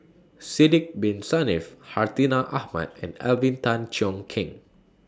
Sidek Bin Saniff Hartinah Ahmad and Alvin Tan Cheong Kheng